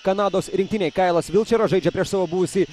kanados rinktinei kailas vilčeras žaidžia prieš savo buvusį